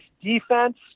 defense